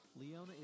Leona